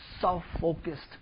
self-focused